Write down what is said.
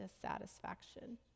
dissatisfaction